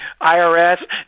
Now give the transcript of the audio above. IRS